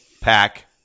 Pack